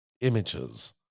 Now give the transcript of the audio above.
images